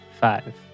five